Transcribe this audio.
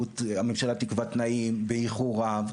הממשלה תקבע תנאים באיחור רב,